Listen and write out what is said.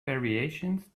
variations